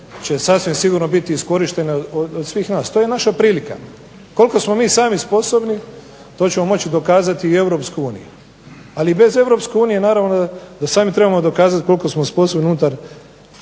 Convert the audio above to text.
će sasvim sigurno biti iskorištene od svih nas. To je naša prilika. Koliko smo mi sami sposobni to ćemo moći dokazati EU, ali bez EU da sami trebamo dokazati koliko smo sposobni unutar